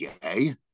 gay